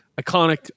Iconic